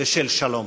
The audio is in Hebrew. ושל שלום.